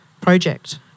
project